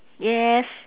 yes